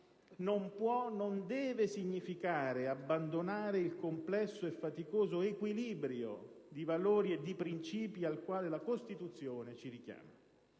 non può, non deve significare abbandonare il complesso e faticoso equilibrio di valori e principi ai quali la Costituzione ci richiama;